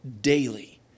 daily